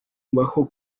bajo